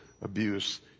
abuse